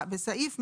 בסעיף 173ב,